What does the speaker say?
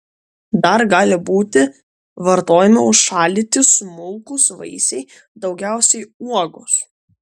dar gali būti vartojami užšaldyti smulkūs vaisiai daugiausiai uogos